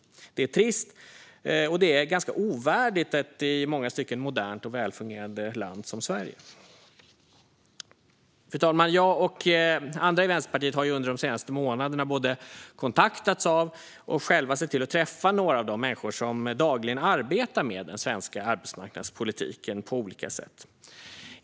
Det är trist, och det är ganska ovärdigt ett i många stycken modernt och välfungerande land som Sverige. Fru talman! Jag och andra i Vänsterpartiet har under de senaste månaderna både kontaktats av och själva sett till att träffa några av de människor som dagligen arbetar med den svenska arbetsmarknadspolitiken på olika sätt.